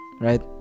right